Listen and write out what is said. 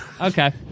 Okay